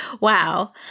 Wow